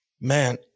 Man